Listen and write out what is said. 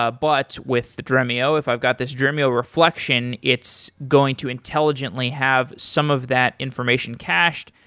ah but with the dremio, if i've got this dremio reflection, it's going to intelligently have some of that information cached.